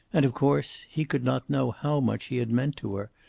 and, of course, he could not know how much he had meant to her,